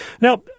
Now